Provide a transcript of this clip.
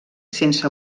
sense